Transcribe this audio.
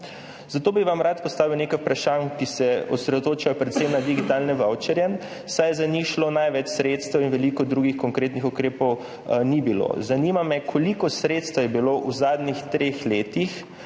Zato bi vam rad postavil nekaj vprašanj, ki se osredotočajo predvsem na digitalne vavčerje, saj je za njih šlo največ sredstev in veliko drugih konkretnih ukrepov ni bilo. Zanima me: Koliko sredstev je bilo v zadnjih treh letih